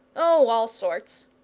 oh, all sorts,